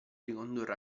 ricondurre